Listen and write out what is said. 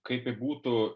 kaip bebūtų